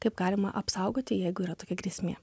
kaip galima apsaugoti jeigu yra tokia grėsmė